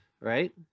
right